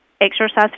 exercise